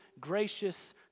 gracious